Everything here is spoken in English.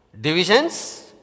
divisions